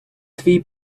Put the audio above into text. твій